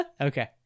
Okay